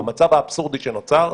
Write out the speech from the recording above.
במצב האבסורדי שנוצר,